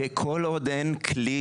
כל עוד אין כלי